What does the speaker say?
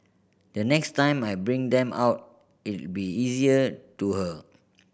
the next time I bring them out it'll be easier to her